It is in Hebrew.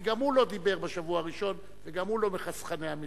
כי גם הוא לא דיבר בשבוע הראשון וגם הוא לא מחסכני המלים.